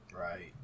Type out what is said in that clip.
right